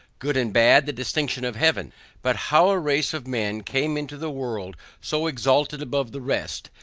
good and bad the distinctions of heaven but how a race of men came into the world so exalted above the rest,